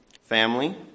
family